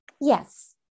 Yes